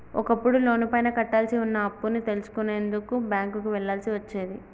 ఒకప్పుడు లోనుపైన కట్టాల్సి వున్న అప్పుని తెలుసుకునేందుకు బ్యేంకుకి వెళ్ళాల్సి వచ్చేది